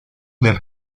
del